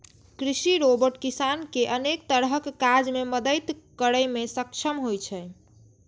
कृषि रोबोट किसान कें अनेक तरहक काज मे मदति करै मे सक्षम होइ छै